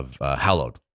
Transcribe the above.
Hallowed